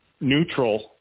neutral